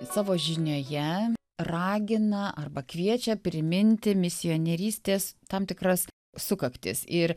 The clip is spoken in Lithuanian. savo žinioje ragina arba kviečia priminti misionierystės tam tikras sukaktis ir